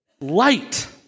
Light